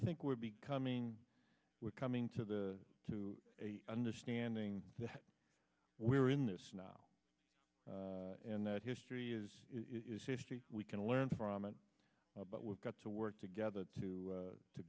think we're becoming we're coming to the to a understanding that we're in this now and that history is history we can learn from it but we've got to work together to